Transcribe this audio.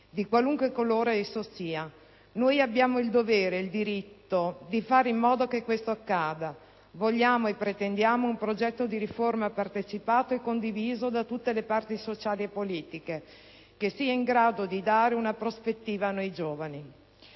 di qualunque colore esso sia. Noi abbiamo il dovere e il diritto di fare in modo che questo accada. Vogliamo e pretendiamo un progetto di riforma partecipato e condiviso da tutte le parti sociali e politiche, che sia in grado di dare una prospettiva a noi giovani».